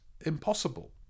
impossible